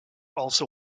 also